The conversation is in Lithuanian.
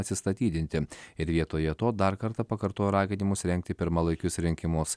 atsistatydinti ir vietoje to dar kartą pakartojo raginimus rengti pirmalaikius rinkimus